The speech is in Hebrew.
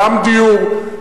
גם דיור,